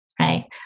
right